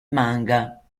manga